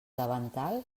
davantal